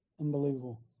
Unbelievable